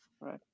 right